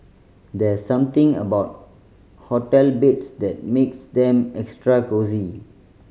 there's something about hotel beds that makes them extra cosy